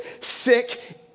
sick